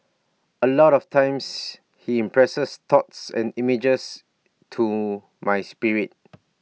A lot of times he impresses thoughts and images to my spirit